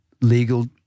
legal